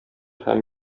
һәм